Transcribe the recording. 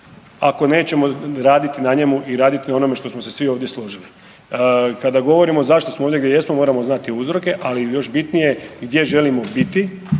ako nećemo raditi na njemu i raditi na onome što smo se svi ovdje složili. Kada govorimo zašto smo ovdje gdje jesmo moramo znati uzroke, ali još bitnije gdje želimo biti,